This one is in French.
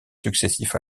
successifs